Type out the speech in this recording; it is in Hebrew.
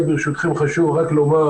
חשוב לי לומר